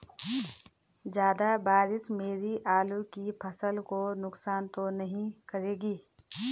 ज़्यादा बारिश मेरी आलू की फसल को नुकसान तो नहीं करेगी?